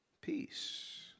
peace